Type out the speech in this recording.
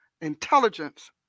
intelligence